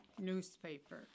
newspaper